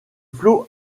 flot